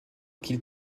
qu’ils